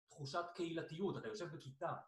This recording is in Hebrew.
תחושת קהילתיות, אתה יושב בכיתה.